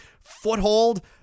foothold